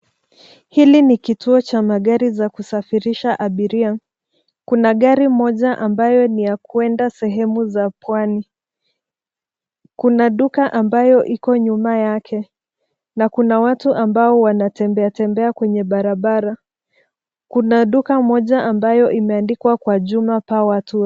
Hili ni kituo cha magari za kusafirisha abiria. Kuna gari moja ambayo ni ya kuenda sehemu za pwani. Kuna duka ambayo iko nyuma yake na kuna watu amabao wanatembea tembea kwenye barabara. kuna duka moja ambayo imeandikwa kwa jina PowerTool.